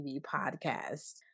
Podcast